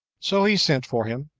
so he sent for him,